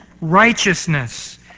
Righteousness